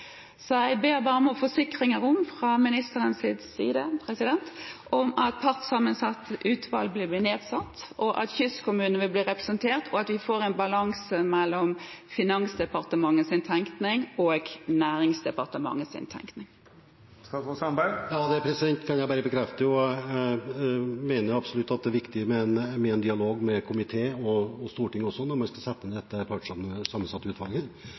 Så jeg ber statsråden forsikre at partssammensatt utvalg vil bli nedsatt, at kystkommunene vil bli representert, og at vi får en balanse mellom Finansdepartementets tenkning og Nærings- og fiskeridepartementets tenkning. Det kan jeg bare bekrefte. Jeg mener det absolutt er viktig med en dialog med komiteen og også med Stortinget når man skal sette ned det partssammensatte utvalget.